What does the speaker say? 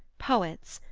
poets,